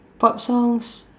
pop songs